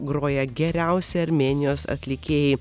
groja geriausi armėnijos atlikėjai